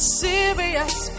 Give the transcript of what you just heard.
serious